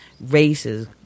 races